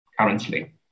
currently